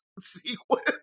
sequence